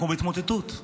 אנחנו בהתמוטטות: